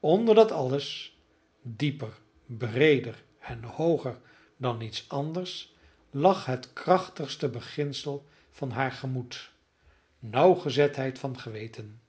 onder dat alles dieper breeder en hooger dan iets anders lag het krachtigste beginsel van haar gemoed nauwgezetheid van geweten